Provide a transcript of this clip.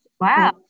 wow